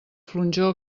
flonjor